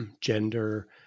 gender